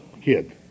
kid